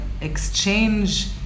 exchange